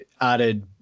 added